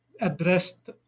addressed